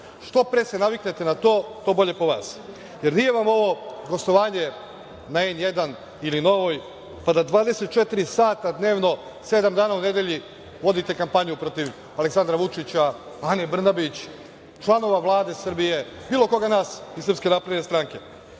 Što pre se naviknete na to, to bolje po vas. Nije vam ovo gostovanje na N1 ili Novoj, pa da 24 sata dnevno, sedam dana u nedelji, vodite kampanju protiv Aleksandra Vučića, Ane Brnabić, članova Vlade Srbije, bilo koga od nas iz SNS i gde je